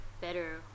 better